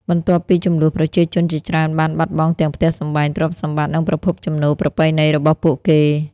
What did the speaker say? បន្ទាប់ពីជម្លោះ ប្រជាជនជាច្រើនបានបាត់បង់ទាំងផ្ទះសម្បែង ទ្រព្យសម្បត្តិ និងប្រភពចំណូលប្រពៃណីរបស់ពួកគេ។